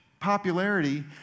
popularity